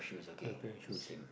air bear shoes